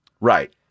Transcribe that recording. Right